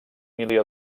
milió